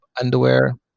underwear